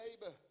neighbor